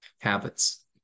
habits